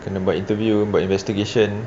kena buat interview buat investigation